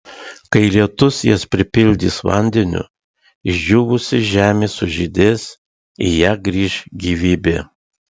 kai lietus jas pripildys vandeniu išdžiūvusi žemė sužydės į ją grįš gyvybė